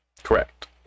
correct